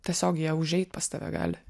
tiesiog jie užeit pas tave gali